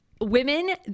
Women